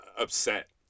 upset